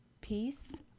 peace